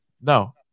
No